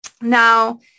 Now